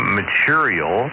material